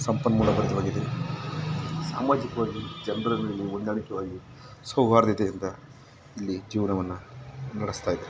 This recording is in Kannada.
ಸಂಪನ್ಮೂಲ ಭರಿತವಾಗಿದೆ ಸಾಮಾಜಿಕವಾಗಿ ಜನರ ಮೇಲೆ ಹೊಂದಾಣಿಕವಾಗಿ ಸೌಹಾರ್ದತೆಯಿಂದ ಇಲ್ಲಿ ಜೀವನವನ್ನ ನಡೆಸ್ತಾಯಿದೆ